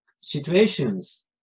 situations